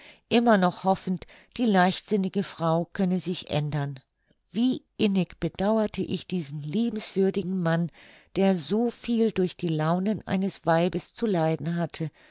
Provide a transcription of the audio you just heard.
immer noch hoffend die leichtsinnige frau könne sich ändern wie innig bedauerte ich diesen liebenswürdigen mann der so viel durch die launen eines weibes zu leiden hatte